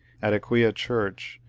at aquia church,